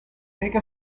take